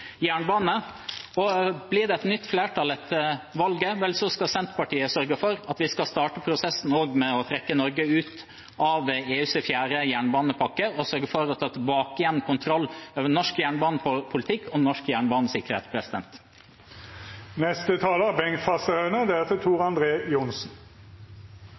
jernbane. Og blir det et nytt flertall etter valget, vel, da skal Senterpartiet sørge for at vi skal starte prosessen med å trekke Norge ut av EUs fjerde jernbanepakke og sørge for at vi tar tilbake kontrollen over norsk jernbanepolitikk og norsk jernbanesikkerhet.